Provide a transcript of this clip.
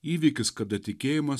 įvykis kada tikėjimas